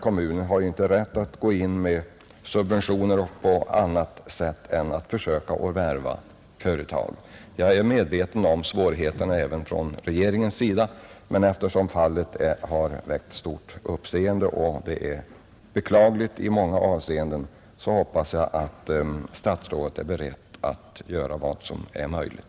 Kommunen gör vad den kan, för att försöka värva företag. Jag är medveten om svårigheterna även för regeringen, men eftersom fallet har väckt stort uppseende och är beklagligt i många avseenden hoppas jag att statsrådet är beredd att göra vad som är möjligt.